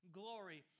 glory